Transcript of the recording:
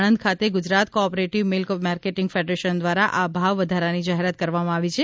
આણંદ ખાતે Gujarat cooperative milk marketing federation દ્વારા આ ભાવ વધારાની જાહેરાત કરવામાં આવી છે